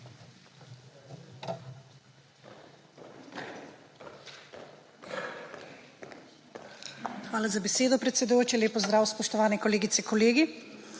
Hvala za besedo, predsedujoči. Lep pozdrav, spoštovane kolegice, kolegi!